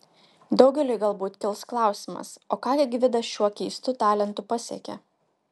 daugeliui galbūt kils klausimas o ką gi gvidas šiuo keistu talentu pasiekė